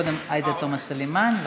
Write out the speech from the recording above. קודם עאידה תומא סלימאן,